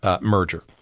merger